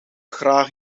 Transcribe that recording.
graag